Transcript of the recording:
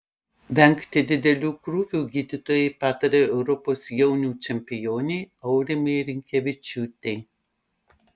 vengti didelių krūvių gydytojai patarė europos jaunių čempionei aurimei rinkevičiūtei